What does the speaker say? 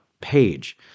page